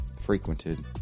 frequented